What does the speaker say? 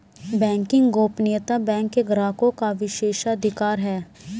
banking गोपनीयता bank के ग्राहकों का विशेषाधिकार है